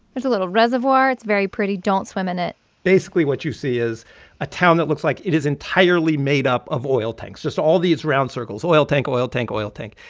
there's a little reservoir. it's very pretty. don't swim in it basically, what you see is a town that looks like it is entirely made up of oil tanks, just all these round circles oil tank, oil tank, oil tank.